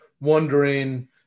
wondering